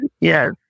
Yes